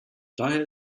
daher